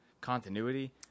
continuity